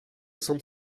san